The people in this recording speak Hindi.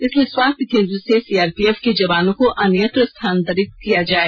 इसलिए स्वास्थ्य केंद्र से सीआरपीएफ के जवानों को अन्यत्र स्थानांतरित किया जाए